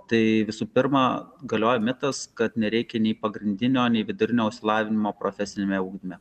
tai visų pirma galioja mitas kad nereikia nei pagrindinio nei vidurinio išsilavinimo profesiniame ugdyme